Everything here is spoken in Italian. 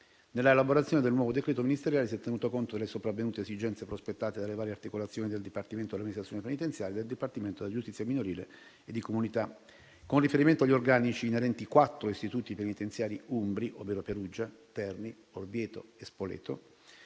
Nella elaborazione del nuovo decreto ministeriale si è tenuto conto delle sopravvenute esigenze prospettate dalle varie articolazioni del Dipartimento dell'amministrazione penitenziaria e del Dipartimento della giustizia minorile e di comunità. Con riferimento agli organici inerenti i quattro istituti penitenziari umbri (Perugia, Terni, Orvieto e Spoleto),